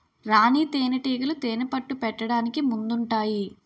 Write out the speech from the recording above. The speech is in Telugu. రాణీ తేనేటీగలు తేనెపట్టు పెట్టడానికి ముందుంటాయి